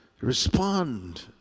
respond